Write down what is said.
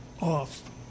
off